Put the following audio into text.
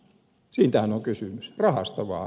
siitähän on kysymys rahasta vaan